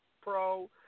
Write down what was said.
pro